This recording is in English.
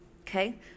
Okay